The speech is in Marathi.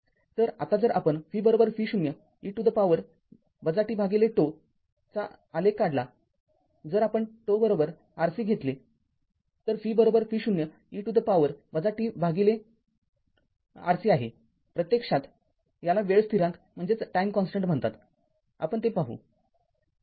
तर आता जर आपण V v0 e to the power tζ चा आलेख काढला जर आपण τ RC घेतले तर v v0 e to the power tRC आहे ζ प्रत्यक्षात याला वेळ स्थिरांक म्हणतात आपण ते पाहू